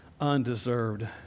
undeserved